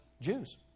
Jews